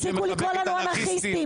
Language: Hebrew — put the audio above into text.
תפסיקו לקרוא לנו אנרכיסטים.